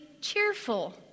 cheerful